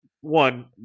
one